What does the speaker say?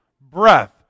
breath